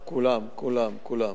כולם, כולם.